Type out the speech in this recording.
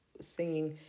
singing